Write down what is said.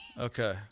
Okay